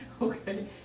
Okay